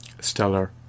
stellar